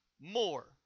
more